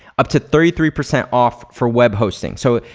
up to thirty three percent off for web hosting. so,